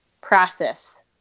process